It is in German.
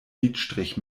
lidstrich